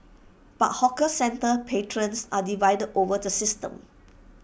but hawker centre patrons are divided over the system